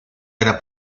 era